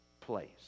place